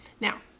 Now